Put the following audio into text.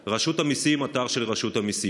אתר משרד הבריאות,